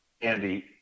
Andy